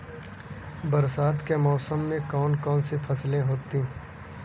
बरसात के मौसम में कौन कौन सी फसलें होती हैं?